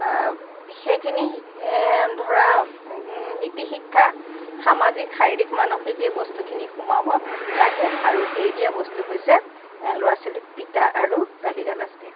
সেইখিনি ধৰা নীতি শিক্ষা সামাজিক শাৰীৰিক মানসিক এই বস্তুখিনি সোমাব লাগে আৰু এৰি দিয়া বস্তু হৈছে ল'ৰা ছোৱালীক পিটা আৰু গালি গালাজ দিয়া